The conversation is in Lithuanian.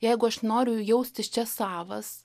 jeigu aš noriu jaustis čia savas